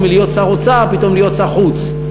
מלהיות שר האוצר פתאום להיות שר החוץ,